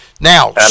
now